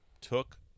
took